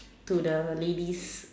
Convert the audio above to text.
to the lady's